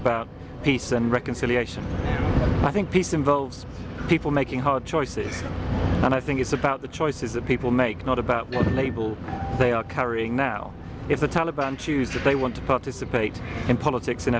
about peace and reconciliation and i think peace involves people making hard choices and i think it's about the choices that people make not about the label they are carrying now if the taliban choose that they want to participate in politics in